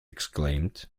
exclaimed